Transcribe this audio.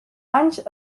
anys